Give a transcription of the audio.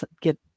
get